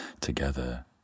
together